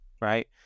right